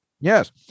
Yes